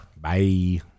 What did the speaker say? Bye